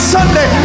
Sunday